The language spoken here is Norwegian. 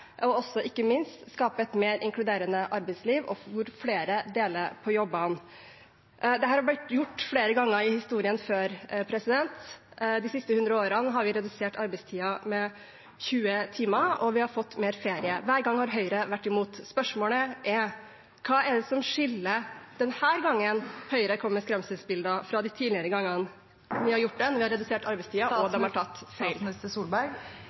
ikke minst skape et mer inkluderende arbeidsliv, hvor flere deler på jobben. Dette er blitt gjort flere ganger før i historien. De siste hundre årene har vi redusert arbeidstiden med 20 timer, og vi har fått mer ferie. Hver gang har Høyre vært imot. Spørsmålet er: Hva er det som skiller denne gangen Høyre kommer med skremselsbilder, fra de tidligere gangene? De har gjort det når vi har redusert arbeidstiden, og de har tatt feil.